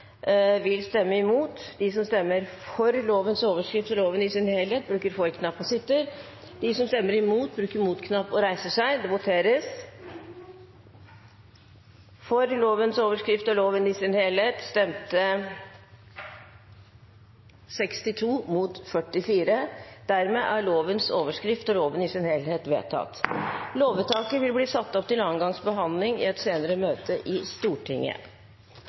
vil stemme imot. Det voteres over lovens overskrift og loven i sin helhet. Presidenten antar nå at Arbeiderpartiet, Senterpartiet og Sosialistisk Venstreparti vil stemme imot. Lovvedtaket vil bli satt opp til andre gangs behandling i et senere møte i Stortinget.